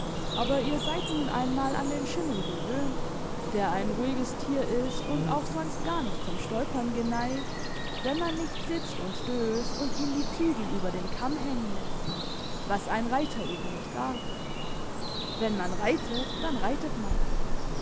aber ihr seid nun einmal an den schimmel gewöhnt der ein ruhiges tier ist und auch sonst gar nicht zum stolpern geneigt wenn man nicht sitzt und döst und ihm die zügel über den kamm hängen läßt was ein reiter eben nicht darf wenn man reitet dann reitet man